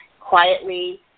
quietly